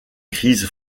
crises